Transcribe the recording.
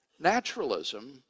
naturalism